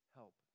help